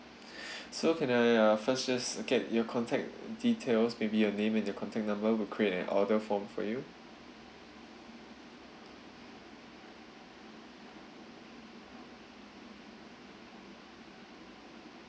so can I uh first just get your contact details maybe your name and your contact number we will create an order form for you